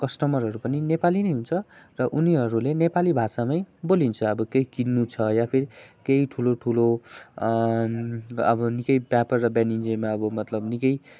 कस्टमरहरू पनि नेपाली नै हुन्छ र उनीहरूले नेपाली भाषामै बोलिन्छ अब केही किन्नु छ या फिर केही ठुलो ठुलो अब निकै व्यापार र वाणिज्यमा अब मतलब निकै